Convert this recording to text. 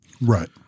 Right